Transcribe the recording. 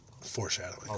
foreshadowing